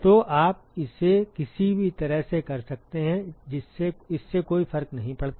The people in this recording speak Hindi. तो आप इसे किसी भी तरह से कर सकते हैं इससे कोई फर्क नहीं पड़ता